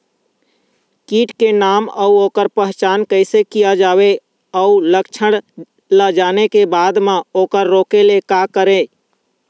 कीट के नाम अउ ओकर पहचान कैसे किया जावे अउ लक्षण ला जाने के बाद मा ओकर रोके ले का करें?